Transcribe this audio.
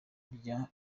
rya